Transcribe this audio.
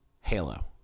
Halo